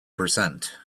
percent